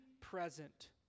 present